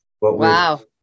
Wow